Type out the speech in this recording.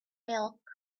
milk